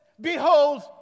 Behold